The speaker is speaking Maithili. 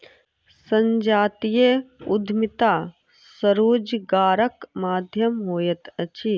संजातीय उद्यमिता स्वरोजगारक माध्यम होइत अछि